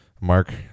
Mark